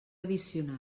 addicional